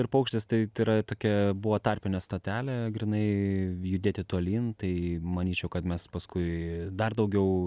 ir paukštis tai tai yra tokia buvo tarpinė stotelė grynai judėti tolyn tai manyčiau kad mes paskui dar daugiau